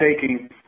taking